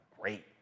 Great